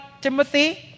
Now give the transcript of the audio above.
Timothy